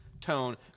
tone